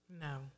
No